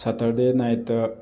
Saturday ꯅꯥꯏꯠꯇ